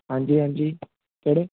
ਹਾਂਜੀ ਹਾਂਜੀ ਸਰ